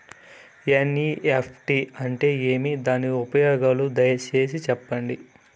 NEFT అంటే ఏమి? దాని ఉపయోగాలు దయసేసి సెప్పండి?